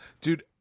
Dude